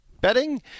betting